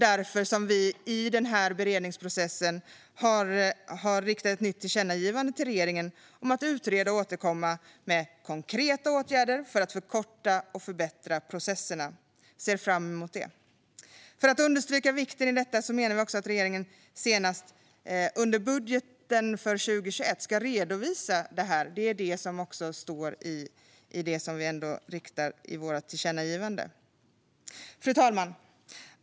Därför har vi i den här beredningsprocessen föreslagit ett nytt tillkännagivande till regeringen om att utreda och återkomma med konkreta åtgärder för att förkorta och förbättra processerna. Vi ser fram emot det. För att understryka vikten av detta menar vi också att regeringen senast i samband med budgeten för 2021 ska redovisa vilka åtgärder som vidtagits med anledning av tidigare tillkännagivande. Fru talman!